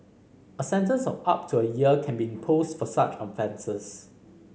a sentence of up to a year can be imposed for such offences